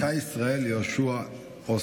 עמיחי ישראל יהושע אוסטר.